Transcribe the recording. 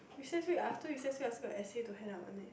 recess week after recess week I still got essay to hand up one leh